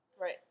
Right